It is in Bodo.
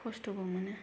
खस्त'बो मोनो